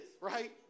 Right